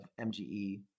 MGE